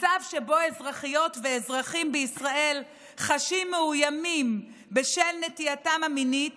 מצב שבו אזרחיות ואזרחים בישראל חשים מאוימים בשל נטייתם המינית